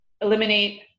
eliminate